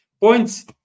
Points